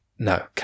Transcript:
no